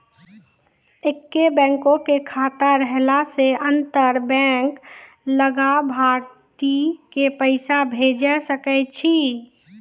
एक्के बैंको के खाता रहला से अंतर बैंक लाभार्थी के पैसा भेजै सकै छै